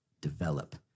develop